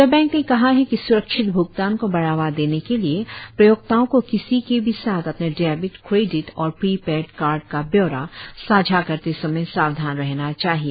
reserve bank ने कहा है कि स्रक्षित भ्गतान को बढ़ावा देने के लिए प्रयोक्ताओं को किसी के भी साथ अपने डेबिट क्रेडिट और प्री पेड़ कार्ड का ब्योरा साझा करते समय सावधान रहना चाहिए